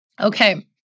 Okay